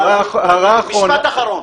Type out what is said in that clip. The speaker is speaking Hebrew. הערה אחרונה --- משפט אחרון.